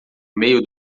meio